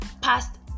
past